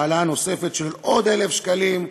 העלאה נוספת של עוד 1,000 שקלים.